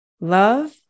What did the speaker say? love